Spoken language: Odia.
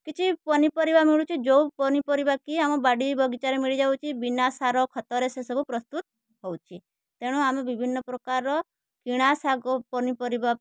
କିଛି ପନିପରିବା ମିଳୁଛି ଯେଉଁ ପନିପରିବା କି ଆମ ବାଡ଼ି ବଗିଚାରେ ମିଳିଯାଉଛି ବିନା ସାର ଖତରେ ସେସବୁ ପ୍ରସ୍ତୁତ ହେଉଛି ତେଣୁ ଆମେ ବିଭିନ୍ନ ପ୍ରକାର କିଣା ଶାଗ ପନିପରିବା